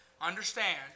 understand